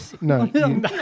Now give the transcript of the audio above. no